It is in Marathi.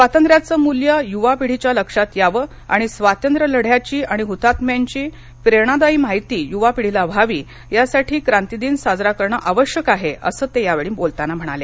स्वातंत्र्याचे मूल्य यूवा पिढीच्या लक्षात यावे आणि स्वातंत्र्यलढ्याची आणि हुतात्मांची प्रेरणादायी माहिती यूवा पिढीला व्हावी यासाठीही क्रांतीदिन साजरा करणे आवश्यक आहे असं ते याप्रसंगी म्हणाले